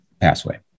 passway